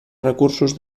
recursos